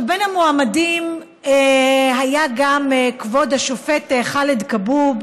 בין המועמדים היה גם כבוד השופט חאלד כבוב,